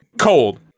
Cold